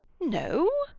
no!